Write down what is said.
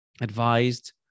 advised